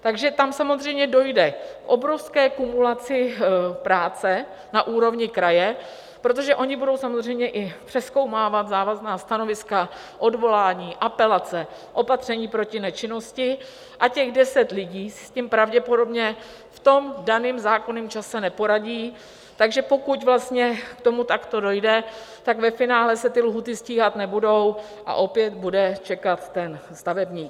Takže tam samozřejmě dojde k obrovské kumulaci práce na úrovni kraje, protože oni budou samozřejmě i přezkoumávat závazná stanoviska, odvolání, apelace, opatření proti nečinnosti, a těch deset lidí si s tím pravděpodobně v tom daném zákonném čase neporadí, takže pokud vlastně k tomu takto dojde, tak ve finále se ty lhůty stíhat nebudou a opět bude čekat stavebník.